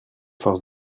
force